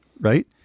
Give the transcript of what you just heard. right